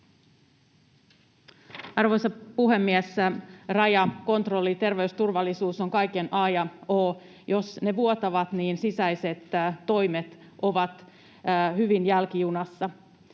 Arvoisa puhemies! Rajojen kontrolli ja terveysturvallisuus ovat kaiken a ja o. Jos ne vuotavat, niin sisäiset toimet ovat hyvin jälkijunassa.